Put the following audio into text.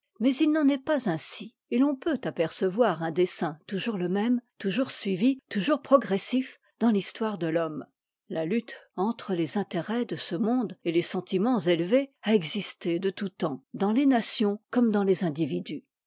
mais il n'en est pas ainsi et l'on peut apercevoir un dessein toujours le même toujours suivi toujours progressif dans l'histoire de l'homme la lutte entre les intérêts de ce monde et les sentiments élevés a existé de tout temps dans les nations comme dans les individus